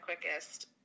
quickest